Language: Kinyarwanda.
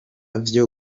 vyo